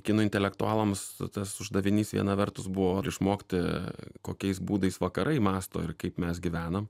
kino intelektualams tas uždavinys viena vertus buvo ir išmokti kokiais būdais vakarai mąsto ir kaip mes gyvenam